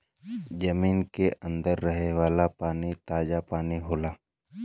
जमीन के अंदर रहे वाला पानी ताजा पानी होला